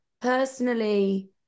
personally